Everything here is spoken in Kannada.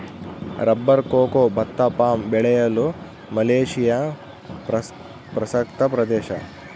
ರಬ್ಬರ್ ಕೊಕೊ ಭತ್ತ ಪಾಮ್ ಬೆಳೆಯಲು ಮಲೇಶಿಯಾ ಪ್ರಸಕ್ತ ಪ್ರದೇಶ